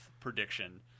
prediction